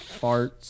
farts